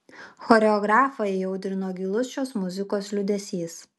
choreografą įaudrino gilus šios muzikos liūdesys